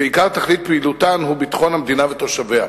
שעיקר תכלית פעילותן הוא ביטחון המדינה ותושביה.